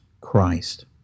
Christ